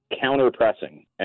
counter-pressing